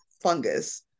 fungus